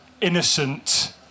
innocent